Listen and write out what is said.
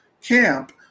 camp